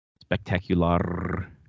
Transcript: Spectacular